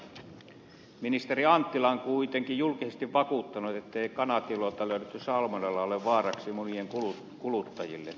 ministeri anttila on kuitenkin julkisesti vakuuttanut ettei kanatiloilta löydetty salmonella ole vaaraksi munien kuluttajille